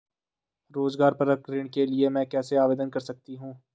रोज़गार परक ऋण के लिए मैं कैसे आवेदन कर सकतीं हूँ?